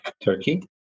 Turkey